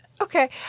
Okay